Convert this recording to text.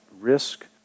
risk